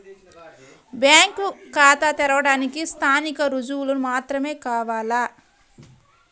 Bank ఖాతా తెరవడానికి స్థానిక రుజువులు మాత్రమే కావాలా?